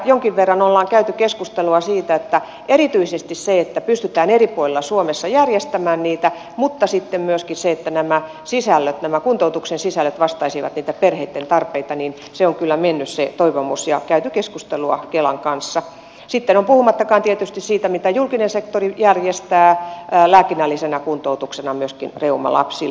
jonkin verran on käyty keskustelua erityisesti siitä että pystytään eri puolilla suomea järjestämään niitä mutta sitten myöskin se toivomus että nämä kuntoutuksen sisällöt vastaisivat niitä perheitten tarpeita on kyllä mennyt perille ja olemme käyneet keskustelua kelan kanssa puhumattakaan tietysti siitä mitä julkinen sektori järjestää lääkinnällisenä kuntoutuksena myöskin reumalapsille